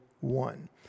one